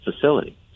facility